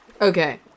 Okay